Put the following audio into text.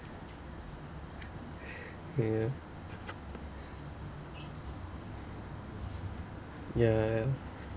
ya ya ya ya